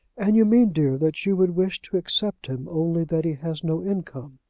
and you mean, dear, that you would wish to accept him, only that he has no income?